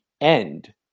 end